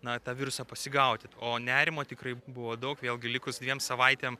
na tą virusą pasigauti o nerimo tikrai buvo daug vėlgi likus dviem savaitėm